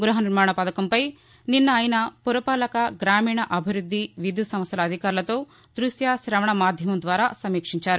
గృహ నిర్మాణ పధకంపై నిన్న ఆయన పురపాలక గ్రామీణాభివృద్ది విద్యుత్ సంస్దల అధికారులతో దృశ్య శవణ మాధ్యమం ద్వారా సమీక్షించారు